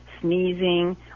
sneezing